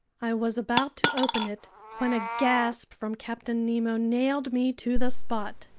i was about to open it when a gasp from captain nemo nailed me to the spot.